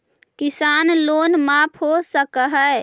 किसान लोन माफ हो सक है?